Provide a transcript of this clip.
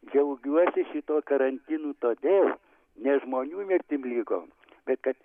džiaugiuosi šito karantinu todėl ne žmonių mirtim ligom bet kad